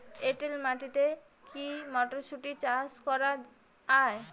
এটেল মাটিতে কী মটরশুটি চাষ করা য়ায়?